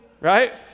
right